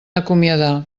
acomiadar